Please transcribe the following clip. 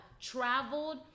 traveled